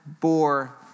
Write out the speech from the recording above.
bore